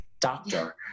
doctor